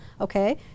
okay